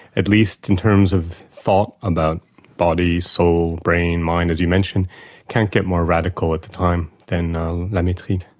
at least in terms of thought about body, soul, brain, mind, as you mentioned can't get more radical at the time than la mettrie.